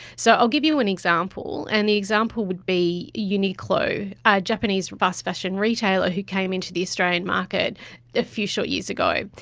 so i'll give you an example, and the example would be uniqlo, a japanese but fashion fashion retailer who came into the australian market a few short years ago.